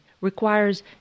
requires